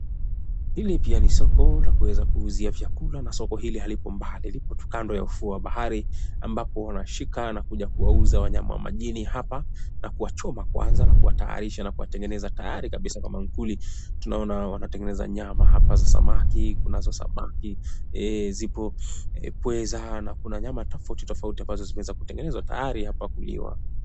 Hili pia ni soko la kuweza kuuzia vyakula na soko hili haliko mbali lipo tu kando ya ufuo wa bahari ambapo wanashika na kuja kuwauza wanyama wa majini hapa na kuwachoma kwanza na kuwatayarisha na kuwatengeneza tayari kabisa kwa maankuli tunaona wanatengeneza nyama hapa za samaki kunazo za samaki, zipo pweza na kuna nyama tafauti tafauti zimeweza kutengenezewa tayari apa kupakiliwa.